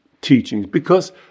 teachings—because